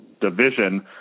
division